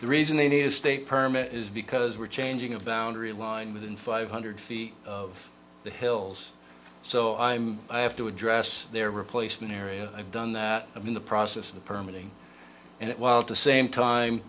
the reason they need to stay permit is because we're changing a boundary line within five hundred feet of the hills so i'm i have to address their replacement area i've done that i'm in the process of the permit and it while the same time